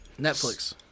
Netflix